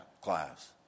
class